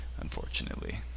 unfortunately